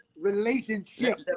relationship